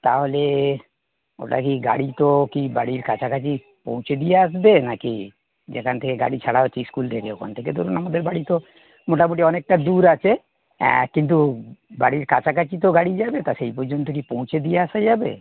তাহলে ওটা কি গাড়ি তো কি বাড়ির কাছাকাছি পৌঁছে দিয়ে আসবে নাকি যেখান থেকে গাড়ি ছাড়া হচ্ছে স্কুল থেকে ওখান থেকে ধরুন আমাদের বাড়ি তো মোটামোটি অনেকটা দূর আছে কিন্তু বাড়ির কাছাকাছি তো গাড়ি যাবে তা সেই পর্যন্ত কি পৌঁছে দিয়ে আসা যাবে